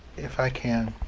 if i can